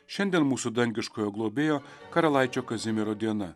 šiandien mūsų dangiškojo globėjo karalaičio kazimiero diena